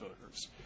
voters